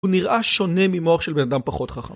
הוא נראה שונה ממוח של בן אדם פחות חכם.